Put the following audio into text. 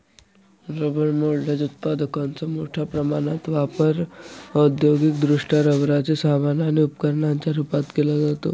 rubber moulded उत्पादकांचा मोठ्या प्रमाणात वापर औद्योगिकदृष्ट्या रबराचे सामान आणि उपकरणांच्या रूपात केला जातो